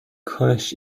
کاش